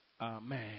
Amen